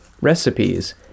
recipes